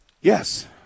Yes